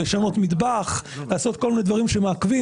לשנות מטבח ולעשות כל מיני דברים שמעכבים,